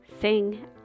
sing